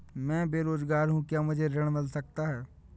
मैं बेरोजगार हूँ क्या मुझे ऋण मिल सकता है?